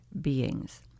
beings